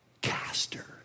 caster